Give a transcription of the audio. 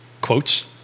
Quotes